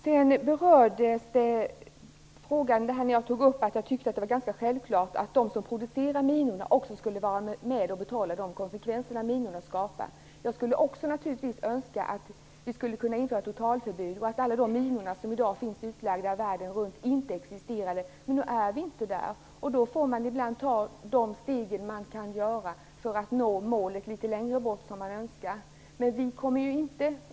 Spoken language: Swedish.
Jag nämnde att jag tycker att det är ganska självklart att de som producerar minor också skall vara med och betala för de konsekvenser som minorna leder till. Jag önskar naturligtvis också att vi kunde införa ett totalförbud och att alla de minor som i dag finns utlagda världen runt inte existerade. Men nu är det inte så. Ibland får man ta de steg som är möjliga att ta för att uppnå det önskvärda målet.